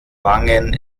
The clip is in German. wangen